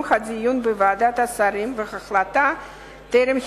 הדיון בוועדת השרים והחלטה טרם התקבלה,